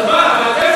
נו, אז מה?